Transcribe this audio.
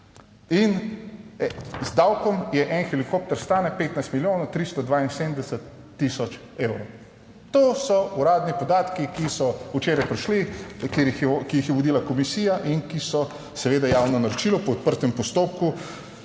in z davkom je en helikopter stane 15 milijonov 372 tisoč evrov. To so uradni podatki, ki so včeraj prišli, ki jih je vodila komisija in ki so seveda javno naročilo po odprtem postopku